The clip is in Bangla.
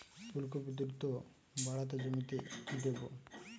ফুলকপি দ্রুত বাড়াতে জমিতে কি দেবো?